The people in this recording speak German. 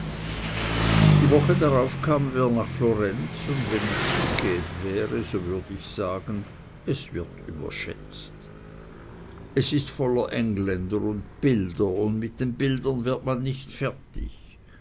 die woche darauf kamen wir nach florenz und wenn ich duquede wäre so würd ich sagen es wird überschätzt es ist voller engländer und bilder und mit den bildern wird man nicht fertig